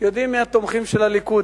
יודעים מי התומכים של הליכוד.